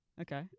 Okay